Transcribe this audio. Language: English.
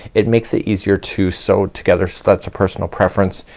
it makes it easier to sew together. so that's a personal preference.